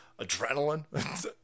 adrenaline